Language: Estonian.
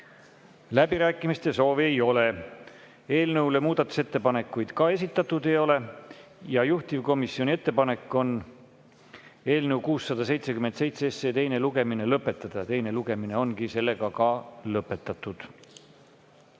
Läbirääkimiste soovi ei ole. Eelnõu kohta muudatusettepanekuid esitatud ei ole. Juhtivkomisjoni ettepanek on eelnõu 677 teine lugemine lõpetada. Teine lugemine on lõpetatud.